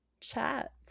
chat